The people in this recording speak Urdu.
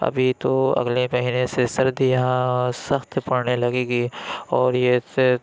ابھی تو اگلے مہینے سے سردی یہاں سخت پڑنے لگے گی اور یہ پھر